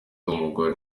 umugore